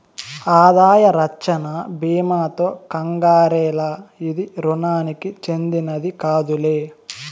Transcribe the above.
ఆదాయ రచ్చన బీమాతో కంగారేల, ఇది రుణానికి చెందినది కాదులే